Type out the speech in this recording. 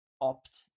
opt